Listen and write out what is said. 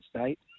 State